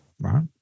Right